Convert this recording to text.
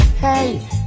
Hey